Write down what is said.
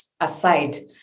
aside